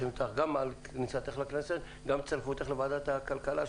אנחנו מברכים אותך גם על כניסתך לכנסת וגם להצטרפותך לוועדת הכלכלה.